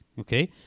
okay